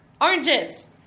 Oranges